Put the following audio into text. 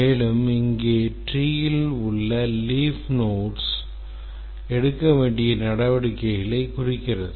மேலும் இங்கே treeல் உள்ள leaf nodes எடுக்க வேண்டிய நடவடிக்கைகளை குறிக்கிறது